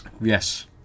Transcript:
Yes